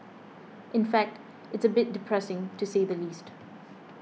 in fact it's a bit depressing to say the least